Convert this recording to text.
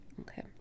okay